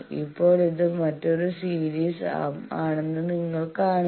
ഇപ്പോൾ ഇത് മറ്റൊരു സീരീസ് ആം ആണെന്ന് നിങ്ങൾ കാണുന്നു